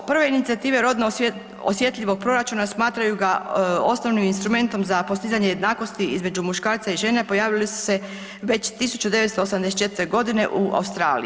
Prve inicijative rodno osjetljivog proračuna smatraju ga osnovnim instrumentom za postizanje jednakosti između muškarca i žene pojavili su se već 1984. godine u Australiji.